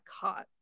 caught